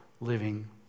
living